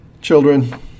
Children